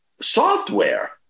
software